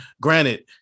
Granted